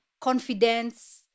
confidence